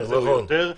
נכון, יותר.